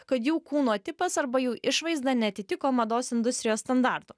kad jų kūno tipas arba jų išvaizda neatitiko mados industrijos standartų